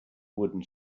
wooden